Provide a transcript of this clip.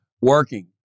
working